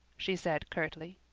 she said curtly.